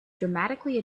dynamically